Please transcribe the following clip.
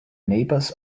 neighbors